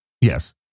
yes